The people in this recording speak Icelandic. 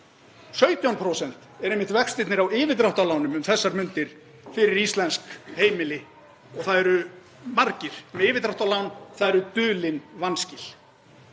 17% eru einmitt vextirnir á yfirdráttarlánum um þessar mundir fyrir íslensk heimili. Það eru margir með yfirdráttarlán og það eru dulin vanskil.